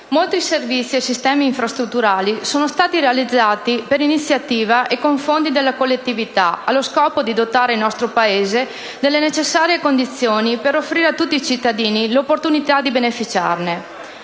molti servizi e sistemi infrastrutturali sono stati realizzati per iniziativa e con fondi della collettività, allo scopo di dotare il nostro Paese delle necessarie condizioni per offrire a tutti i cittadini l'opportunità di beneficiarne.